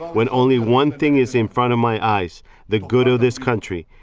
when only one thing is in front of my eyes the good of this country.